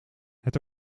het